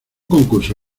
concurso